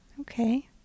Okay